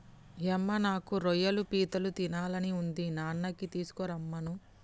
యమ్మ నాకు రొయ్యలు పీతలు తినాలని ఉంది నాన్ననీ తీసుకురమ్మను